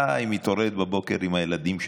איי, מתעוררת בבוקר עם הילדים שלה.